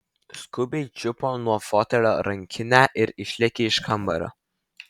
skubiai čiupo nuo fotelio rankinę ir išlėkė iš kambario